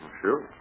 sure